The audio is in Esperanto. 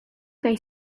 kaj